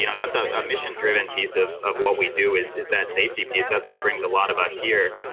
you know that's ah a mission-driven piece of of what we do is is that safety piece. that's what brings a lot of us here.